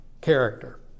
character